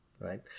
right